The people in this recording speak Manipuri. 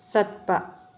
ꯆꯠꯄ